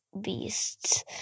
beasts